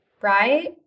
right